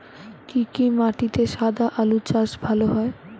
কি কি মাটিতে সাদা আলু চাষ ভালো হয়?